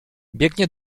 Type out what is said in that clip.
biegnie